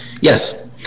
Yes